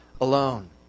alone